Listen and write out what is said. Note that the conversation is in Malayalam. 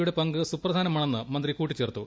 യുടെ പങ്ക് സുപ്രധാനമാണെന്ന് മന്തി കൂട്ടിച്ചേർത്തു